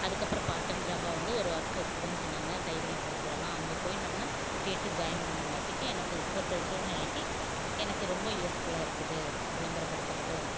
அதுக்கப்புறம் part and ஜாபாக வந்து ஒரு ஒர்க் இருக்குதுன்னு சொன்னாங்க கைவினைப் பொருட்களையெல்லாம் அங்கே போய் நான் கேட்டு ஜாய்ன் பண்ணங்காட்டிக்கு எனக்கு இப்போதைய சூழ்நிலைக்கு எனக்கு ரொம்ப யூஸ்ஃபுல்லாக இருக்குது விளம்பரப்படுத்துவது